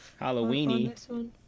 halloweeny